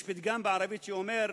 יש פתגם בערבית שאומר,